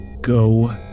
Go